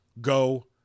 go